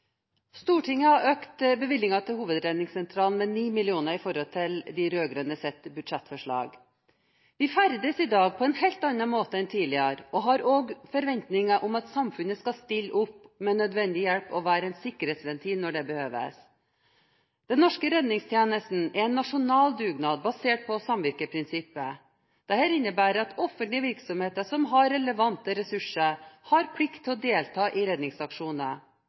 Stortinget har økt bevilgningene til Hovedredningssentralen med 9 mill. kr sammenliknet med de rød-grønnes budsjettforslag. Vi ferdes i dag på en helt annen måte enn tidligere, og har også forventninger om at samfunnet skal stille opp med nødvendig hjelp og være en sikkerhetsventil når det behøves. Den norske redningstjenesten er en nasjonal dugnad, basert på samvirkeprinsippet. Dette innebærer at offentlige virksomheter som har relevante ressurser, har plikt til å delta i redningsaksjoner.